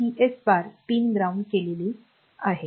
तर हे CS bar pin ground केलेले आहे